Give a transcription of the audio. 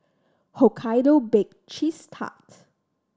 Hokkaido Bake Cheese Tart